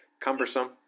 cumbersome